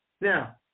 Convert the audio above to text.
Now